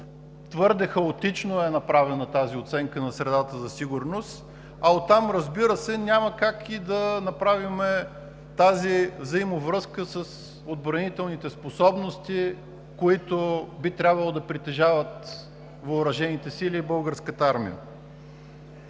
Твърде хаотично е направена тази оценка на средата за сигурност, а оттам, разбира се, няма как и да направим тази взаимовръзка с отбранителните способности, които би трябвало да притежават въоръжените сили и Българската армия.